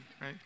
right